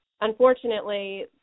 Unfortunately